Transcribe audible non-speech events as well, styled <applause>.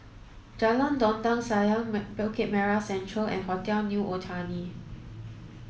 Jalan Dondang Sayang <unintelligible> Bukit Merah Central and Hotel New Otani